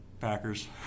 Packers